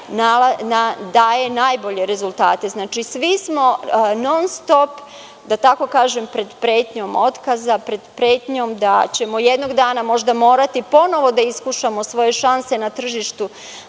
daje najbolje rezultate. Znači, svi smo non stop, da tako kažem, pred pretnjom otkaza, pred pretnjom da ćemo jednog dana možda morati ponovo da iskušamo svoju šansu na tržištu